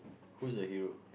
who is your hero